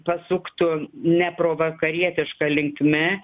pasuktų ne provakarietiška linkme